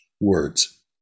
words